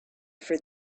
for